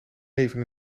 neven